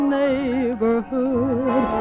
neighborhood